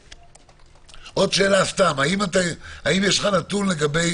האם יש לך נתון לגבי